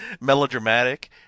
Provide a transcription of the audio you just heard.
melodramatic